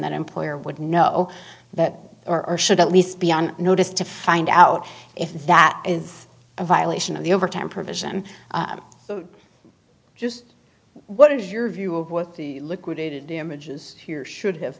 that employer would know that or should at least be on notice to find out if that is a violation of the overtime provision just what is your view of what the liquidated damages here should have